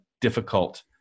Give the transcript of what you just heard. difficult